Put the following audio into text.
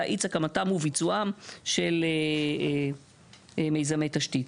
להאיץ הקמתם וביצועם של מיזמי תשתית.